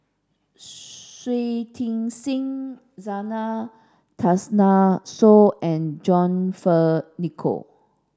Shui Tit Sing Zena Tessensohn and John Fearns Nicoll